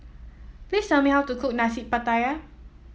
please tell me how to cook Nasi Pattaya